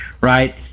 right